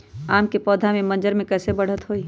आम क पौधा म मजर म कैसे बढ़त होई?